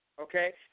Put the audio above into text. okay